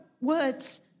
words